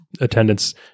attendance